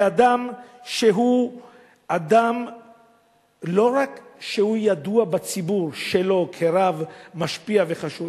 באדם שהוא לא רק ידוע בציבור שלו כרב משפיע וחשוב,